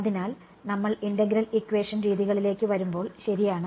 അതിനാൽ നമ്മൾ integral equation രീതികളിലേക്ക് വരുമ്പോൾ ശരിയാണ്